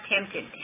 tempted